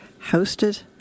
hosted